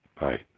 Bye